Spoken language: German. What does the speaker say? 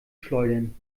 schleudern